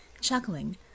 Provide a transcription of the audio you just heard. Chuckling